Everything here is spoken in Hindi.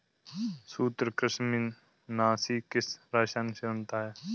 सूत्रकृमिनाशी किस रसायन से बनता है?